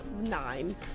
Nine